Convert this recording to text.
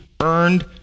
earned